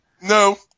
No